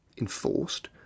enforced